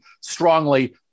strongly